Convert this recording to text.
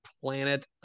planet